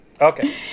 okay